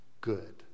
Good